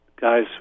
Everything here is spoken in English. guys